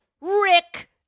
Rick